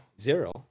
Zero